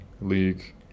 league